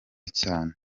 cyane